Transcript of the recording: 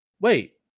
Wait